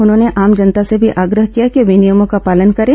उन्होंने आम जनता से भी आग्रह किया कि वे नियमों का पालन करें